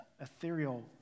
ethereal